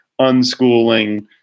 unschooling